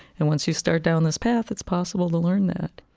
and once you start down this path, it's possible to learn that